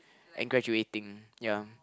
and graduating ya